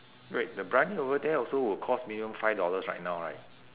wait the briyani over there also will cost minimum five dollars right now right